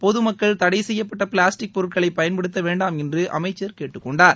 பொதுமக்கள் தடை செய்யப்பட்ட பிளாஸ்டிக் பொருட்களை பயன்படுத்த வேண்டாம் என்று அமைச்ச் கேட்டுக் கொண்டார்